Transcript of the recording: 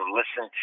listen